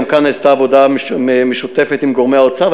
גם כאן הייתה עבודה משותפת עם גורמי האוצר,